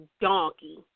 donkey